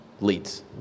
leads